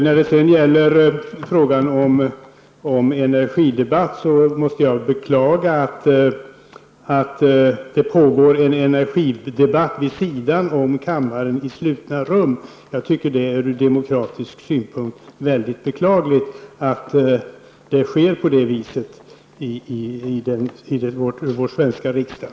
När det gäller frågan om energidebatt måste jag beklaga att det pågår en sådan vid sidan om kammaren i slutna rum. Jag tycker att det är ur demokratisk synvinkel beklagligt att det är så i vår svenska riksdag.